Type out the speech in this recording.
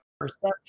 Perception